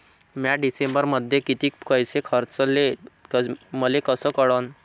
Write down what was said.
म्या डिसेंबरमध्ये कितीक पैसे खर्चले मले कस कळन?